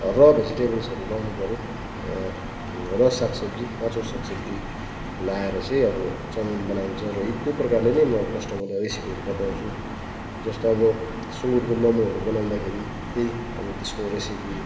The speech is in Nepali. र भेजिटेबल्सहरू लाउनु पर्यो र सागसब्जी काँचो सागसब्जी लाएर चाहिँ अब चौमिन बनाइन्छ र त्यो प्रकारले नै म कस्टमरलाई रेसिपीहरू बताउँछु जस्तो अब सुँगुरको मोमोहरू बनाउँदाखेरि त्यही अब त्यसको रेसिपी